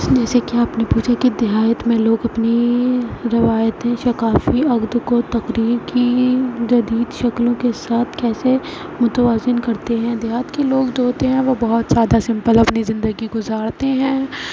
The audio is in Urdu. جیسےکہ آپ نے پوچھا کہ دیہات میں لوگ اپنی روایتی ثقافتی کی جدید شکلوں کے ساتھ کیسے متوازن کرتے ہیں دیہات کے لوگ جو ہوتے ہیں وہ بہت زیادہ سمپل اپنی زندگی گزارتے ہیں